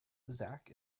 zak